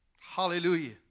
Hallelujah